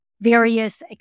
various